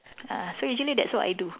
ah so usually that's what I do